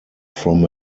from